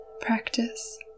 practice